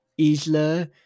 Isla